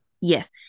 Yes